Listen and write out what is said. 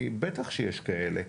כי בטח שיש כאלה.